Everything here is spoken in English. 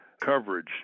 coverage